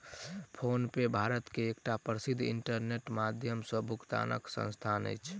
PhonePe Bharat मे एकटा प्रसिद्ध इंटरनेटक माध्यम सॅ भुगतानक संस्थान अछि